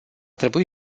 trebui